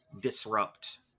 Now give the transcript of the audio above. disrupt